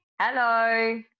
Hello